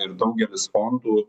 ir daugelis fondų